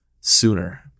sooner